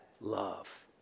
love